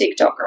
TikToker